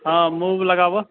हँ मूव वूव लगाबऽ